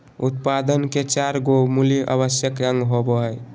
उत्पादन के चार गो मूल आवश्यक अंग होबो हइ